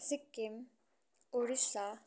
Sikkim Odisha